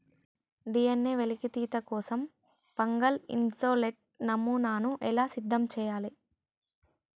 DNA వెలికితీత కోసం fungal isolate నమూనాను ఎలా సిద్ధం చెయ్యాలి?